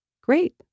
great